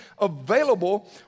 available